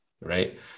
right